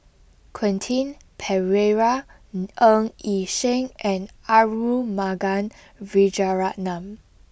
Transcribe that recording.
Quentin Pereira Ng Yi Sheng and Arumugam Vijiaratnam